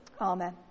Amen